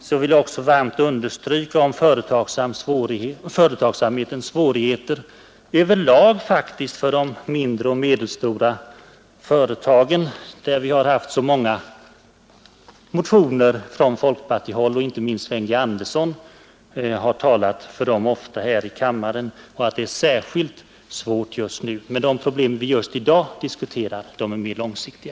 Så vill jag också varmt understryka de svårigheter, som överlag föreligger för de mindre och medelstora företagen och i fråga om vilka vi haft så många motioner från folkpartihåll — inte minst har Sven G. Andersson i Örebro ofta talat för dem här i kammaren. Just nu är det särskilt svårt för dessa företag, men de problem vi i dag diskuterar är mera långsiktiga.